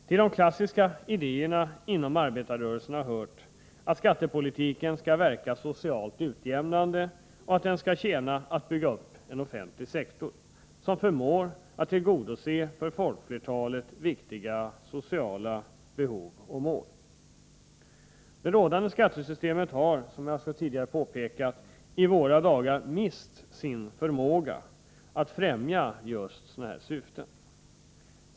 Till de klassiska idéerna inom arbetarrörelsen har hört att skattepolitiken skall verka socialt utjämnande och att den skall syfta till att bygga upp en offentlig sektor som förmår tillgodose för folkflertalet viktiga sociala behov och mål. Det rådande skattesystemet har, som jag tidigare påpekat, numera mist sin förmåga att främja sådana syften.